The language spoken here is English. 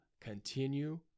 Continue